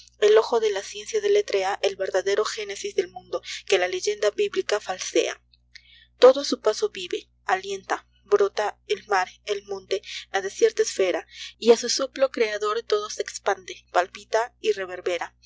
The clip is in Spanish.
el ojo de la ciencia deletrea el verdadero génesis del mundo que la leyenda bíblica falsea odo á su paso vive alienta brota el mar el monte la desierta esfera y á su soplo creador todo se espande palpita y reverbera